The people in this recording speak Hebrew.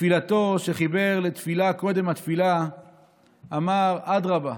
בתפילתו שחיבר קודם התפילה אמר: "אדרבה,